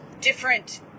different